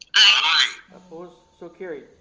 aye. opposed? so carried.